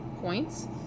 points